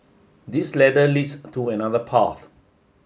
this ladder leads to another path